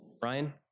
Brian